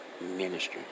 ministry